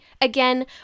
Again